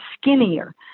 skinnier